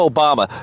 Obama